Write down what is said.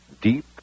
deep